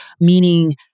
meaning